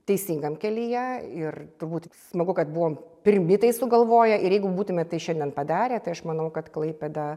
teisingam kelyje ir turbūt smagu kad buvom pirmi tai sugalvoję ir jeigu būtume tai šiandien padarę tai aš manau kad klaipėda